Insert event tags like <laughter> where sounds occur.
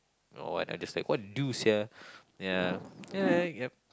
or what I just like what you do sia ya <noise> ya yup